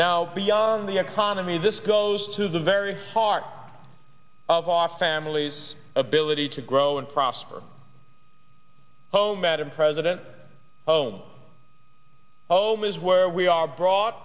now beyond the economy this goes to the very heart of our family's ability to grow and prosper oh madam president oh my oh my is where we are brought